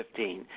2015